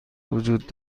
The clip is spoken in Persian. وجود